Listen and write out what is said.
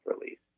release